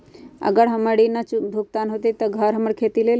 अगर हमर ऋण न भुगतान हुई त हमर घर खेती लेली?